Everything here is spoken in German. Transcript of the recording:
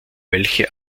welche